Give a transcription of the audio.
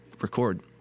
record